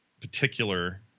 particular